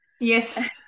yes